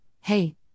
Hey